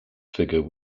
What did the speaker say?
figure